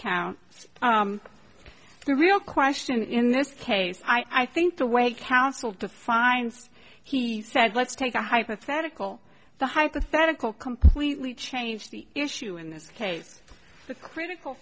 count the real question in this case i think the way council defines he said let's take a hypothetical the hypothetical completely changed the issue in this case the critical